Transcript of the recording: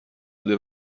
بوده